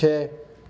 छः